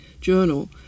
journal